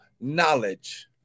knowledge